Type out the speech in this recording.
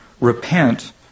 Repent